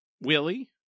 Willie